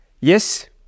Yes